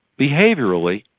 behaviourally,